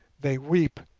they weep,